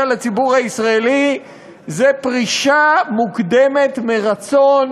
לציבור הישראלי זה פרישה מוקדמת מרצון.